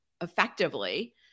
effectively